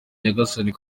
nyagasani